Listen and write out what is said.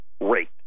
rate